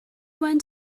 went